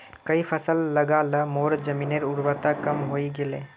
कई फसल लगा ल मोर जमीनेर उर्वरता कम हई गेले